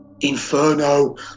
inferno